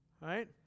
Right